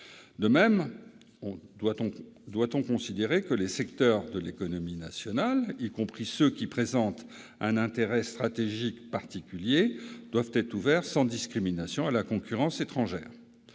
ouverts. Doit-on considérer que les secteurs d'une économie nationale, y compris ceux qui présentent un intérêt stratégique particulier, doivent être ouverts sans discrimination à la concurrence étrangère ?